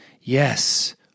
Yes